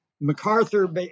MacArthur